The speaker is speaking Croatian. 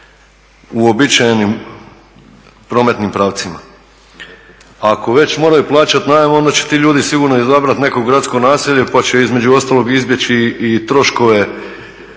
uobičajenim prometnim pravcima. Ako već moraju plaćati najam, onda će ti ljudi sigurno izabrati neko gradsko naselje pa će između ostalog izbjeći i troškove